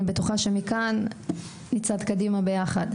אני בטוחה שמכאן נצעד ביחד קדימה.